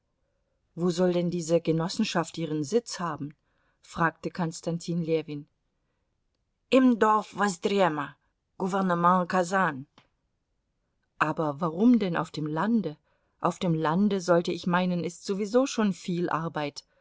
wo soll denn diese genossenschaft ihren sitz haben fragte konstantin ljewin im dorf wosdrema gouvernement kasan aber warum denn auf dem lande auf dem lande sollte ich meinen ist sowieso schon viel arbeit